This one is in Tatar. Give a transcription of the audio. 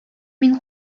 мин